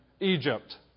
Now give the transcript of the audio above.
Egypt